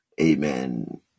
Amen